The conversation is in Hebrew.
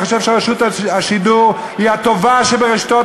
אני חושב שרשות השידור היא הטובה שברשתות